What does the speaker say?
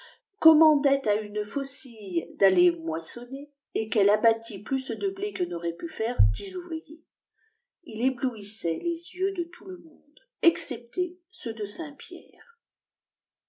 commandait à une faucille d'aller moissonner et qu'elle abattit plus de blé que n'auraient pu faire dix ouvriers il éblouissait les yeux de tout le monde excepté ceux de